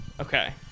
Okay